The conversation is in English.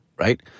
right